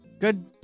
Good